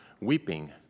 weeping